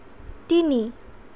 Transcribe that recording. তিনি